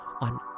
on